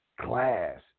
class